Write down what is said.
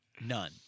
none